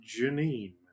Janine